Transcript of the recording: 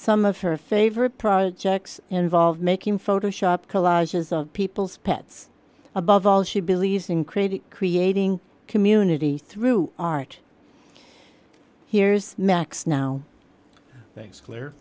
some of her favorite projects involve making photoshop collages of people's pets above all she believes in creating creating community through art here's max now thanks cl